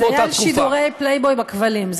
זה היה על שידורי ערוץ "פלייבוי" בכבלים.